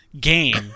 game